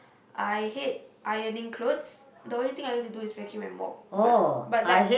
I hate ironing clothes the only thing I like to do is vacuum and mop but but like